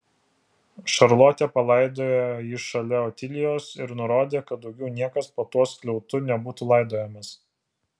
šarlotė palaidojo jį šalia otilijos ir nurodė kad daugiau niekas po tuo skliautu nebūtų laidojamas